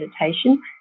meditation